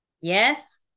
Yes